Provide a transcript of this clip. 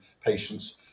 patients